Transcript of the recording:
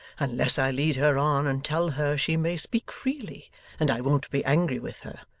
unless i lead her on and tell her she may speak freely and i won't be angry with her.